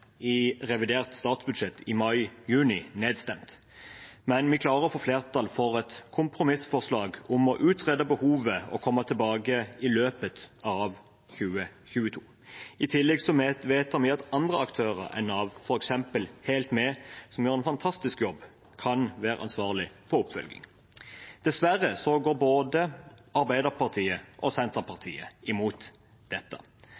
i revidert statsbudsjett i juni, men vi klarer å få flertall for et kompromissforslag om å utrede behovet og komme tilbake i løpet av 2022. I tillegg vedtar vi at andre aktører enn Nav, f.eks. Helt Med, som gjør en fantastisk jobb, kan være ansvarlig for oppfølgingen. Dessverre går både Arbeiderpartiet og Senterpartiet imot dette,